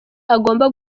agomba